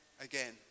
again